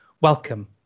Welcome